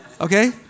Okay